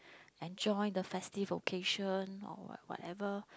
enjoy the festive occasion or what whatever